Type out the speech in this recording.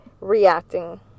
reacting